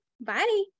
Bye